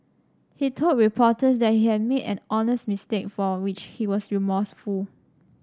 he told reporters that he had made an honest mistake for which he was remorseful